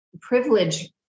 privilege